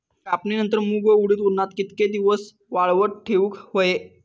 कापणीनंतर मूग व उडीद उन्हात कितके दिवस वाळवत ठेवूक व्हये?